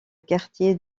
quartier